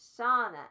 Shauna